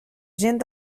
gent